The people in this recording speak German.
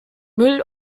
müll